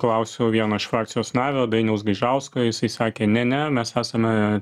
klausiau vieno iš frakcijos nario dainiaus gaižausko jisai sakė ne ne mes esame